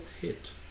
hit